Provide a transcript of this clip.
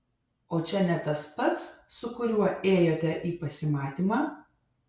o čia ne tas pats su kuriuo ėjote į pasimatymą